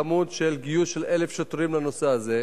לכם, ניסיתם אתמול לפגוע במחאה הזאת,